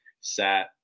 sat